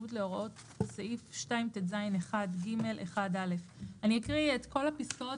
בניגוד להוראות סעיף 2טז1(ג)(1)(א);" אקריא את כל הפסקאות